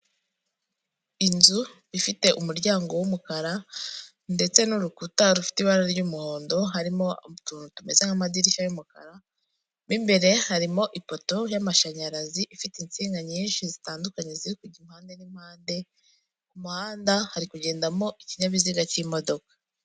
Inzu ifite umuryango w'umukara, ndetse n'urukuta rufite ibara ry'umuhondo, harimo utuntu tumeze nk'amadirishya y'umukara, mo imbere harimo ifoto y'amashanyarazi ifite insinga nyinshi zitandukanye, ziri kujya impande n'impande, ku muhanda hari kugendamo ikinyabiziga cy'imodoka.